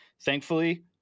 thankfully